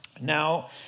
Now